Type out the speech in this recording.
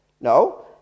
No